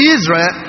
Israel